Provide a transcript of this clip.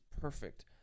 perfect